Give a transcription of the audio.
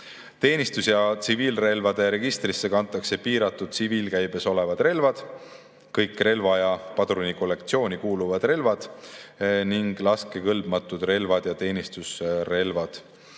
Teenistus‑ ja tsiviilrelvade registrisse kantakse piiratud tsiviilkäibes olevad relvad, kõik relva‑ ja padrunikollektsiooni kuuluvad relvad ning laskekõlbmatud relvad ja teenistusrelvad.